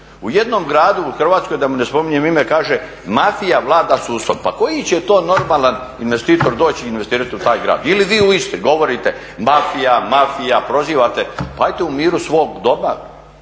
U jednom gradu u Hrvatskoj, da mu ne spominjem ime, kaže mafija vlada sudstvom. Koji će to normalan investitor doći investirati u taj grad? Ili vi u Istri govorite mafija, mafija, prozivate, pa … u miru svog …,